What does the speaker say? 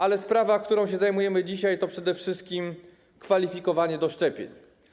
Ale sprawa, którą się zajmujemy dzisiaj, to przede wszystkim kwalifikowanie do szczepień.